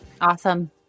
Awesome